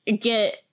get